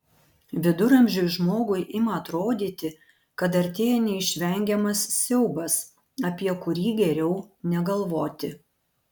viduramžiui žmogui ima atrodyti kad artėja neišvengiamas siaubas apie kurį geriau negalvoti